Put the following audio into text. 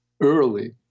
early